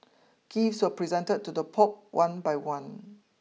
gifts were presented to the Pope one by one